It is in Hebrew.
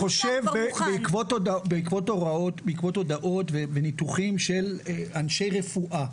אני חושב שבעקבות הוראות או בעקבות הודעות וניתוחים של אנשי רפואה,